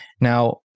Now